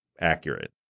accurate